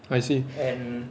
I see